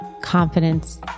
confidence